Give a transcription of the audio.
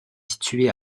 situé